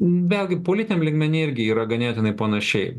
vėlgi politiniam lygmeny irgi yra ganėtinai panašiai